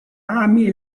amy